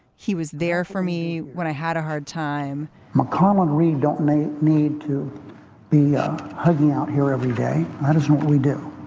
he was there for me when i had a hard time mccollum read don't may need to be um hugging out here every day. that is what we do.